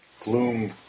Gloom